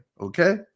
okay